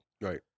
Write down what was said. Right